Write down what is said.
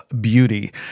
beauty